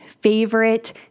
favorite